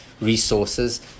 resources